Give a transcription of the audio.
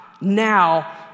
Now